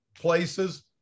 places